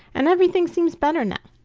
and everything seems better now.